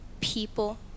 people